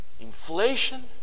Inflation